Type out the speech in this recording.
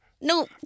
No